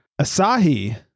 Asahi